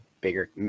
bigger